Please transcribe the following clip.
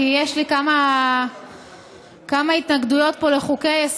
כי יש לי כמה התנגדויות פה לחוקי-יסוד,